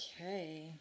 Okay